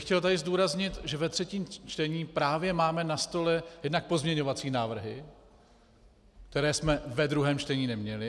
Chtěl bych tady zdůraznit, že ve třetím čtení právě máme na stole jednak pozměňovací návrhy, které jsme ve druhém čtení neměli.